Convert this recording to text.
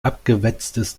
abgewetztes